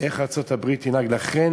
איך ארצות-הברית תנהג, ולכן